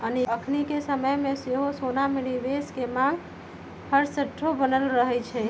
अखनिके समय में सेहो सोना में निवेश के मांग हरसठ्ठो बनल रहै छइ